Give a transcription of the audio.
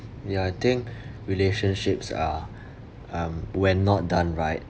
ya I think relationships are um when not done right